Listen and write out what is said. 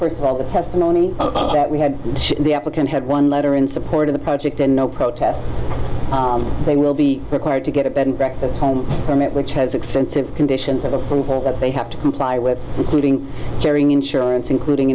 first of all the testimony that we had the applicant had one letter in support of the project and no protests they will be required to get a bed and breakfast home from it which has extensive conditions of approval that they have to comply with including carrying insurance including